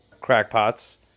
crackpots